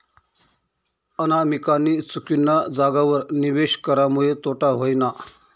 अनामिकानी चुकीना जागावर निवेश करामुये तोटा व्हयना